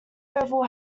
oval